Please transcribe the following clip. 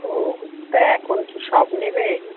ও তা এখন কি সব নেবে